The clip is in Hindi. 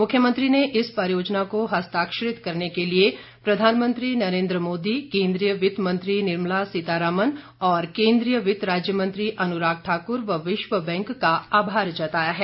मुख्यमंत्री ने इस परियोजना को हस्ताक्षरित करने के लिए प्रधानमंत्री नरेन्द्र मोदी केन्द्रीय वित्त मंत्री निर्मला सीतारामन और केन्द्रीय वित्त राज्य मंत्री अनुराग ठाकुर व विश्व बैंक का आभार जताया है